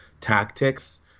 tactics